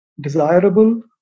desirable